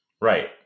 right